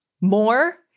more